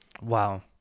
Wow